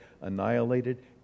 annihilated